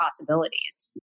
possibilities